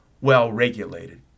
well-regulated